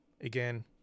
again